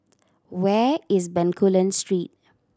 where is Bencoolen Street